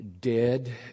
dead